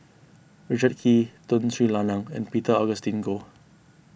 Richard Kee Tun Sri Lanang and Peter Augustine Goh